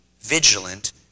vigilant